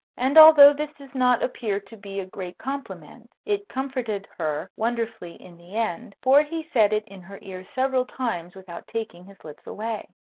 and although this does not appear to be a great compliment, it comforted her wonderfully in the end for he said it in her ear several times without taking his lips away.